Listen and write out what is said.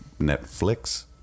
Netflix